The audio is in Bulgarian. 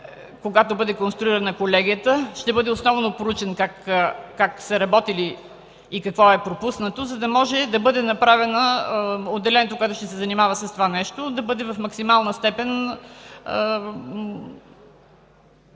Когато бъде конструирана колегията, този въпрос ще бъде основно проучен – как са работили и какво е пропуснато, за да може да бъде направено отделението, което ще се занимава с това нещо, и в максимална степен